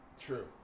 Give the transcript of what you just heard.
True